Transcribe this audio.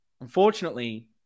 unfortunately